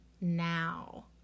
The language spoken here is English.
now